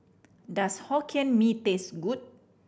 does Hokkien Mee taste good